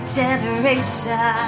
generation